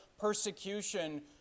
persecution